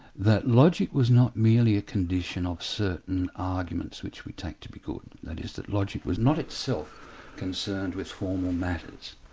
that logic was not merely a condition of certain arguments which we take to be good, that is that logic was not itself concerned with formal matters,